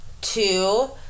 two